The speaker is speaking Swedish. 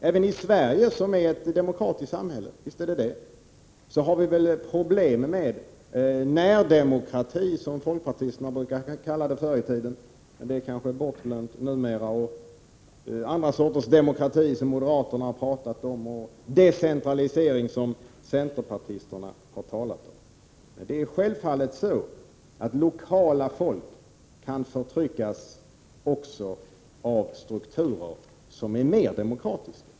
Även i Sverige, som är ett demokratiskt samhälle, har vi problem med närdemokrati, som folkpartisterna förr i tiden kallade det men som kanske är bortglömt nu, och med andra soters demokratier som moderaterna har talat om och med decentralisering som centerpartisterna har talat om. Det är självfallet så, att lokala folk kan förtryckas också av strukturer som är mer demokratiska.